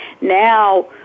Now